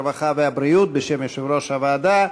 הרווחה והבריאות, בשם יושב-ראש הוועדה.